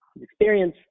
experience